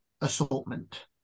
assortment